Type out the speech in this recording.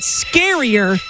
scarier